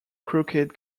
crooked